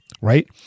right